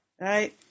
Right